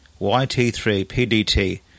YT3PDT